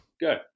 Go